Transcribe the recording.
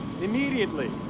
Immediately